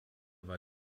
war